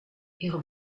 ihre